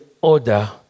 order